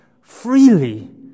freely